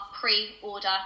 pre-order